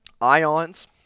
ions